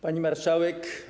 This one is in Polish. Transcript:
Pani Marszałek!